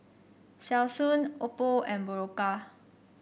Selsun Oppo and Berocca